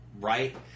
Right